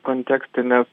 kontekste nes